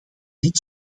dit